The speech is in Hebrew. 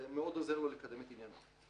זה מאוד עוזר לו לקדם את עניינו.